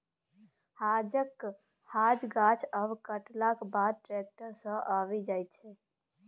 हांजक हांज गाछ आब कटलाक बाद टैक्टर सँ आबि जाइ छै